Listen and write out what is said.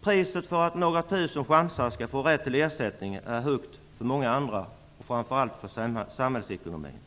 Priset för att några tusen ''chansare'' skall få rätt till ersättning är högt för många andra och framför allt för samhällsekonomin.